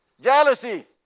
Jealousy